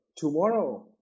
tomorrow